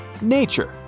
Nature